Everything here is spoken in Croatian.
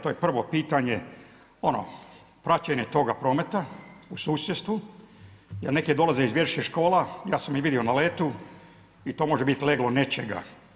To je prvo pitanje, ono, praćenje toga prometa u susjedstvu jer neke dolaze iz vjerskih škola, ja sam ih vidio na letu i to može biti leglo nečega.